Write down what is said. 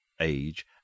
age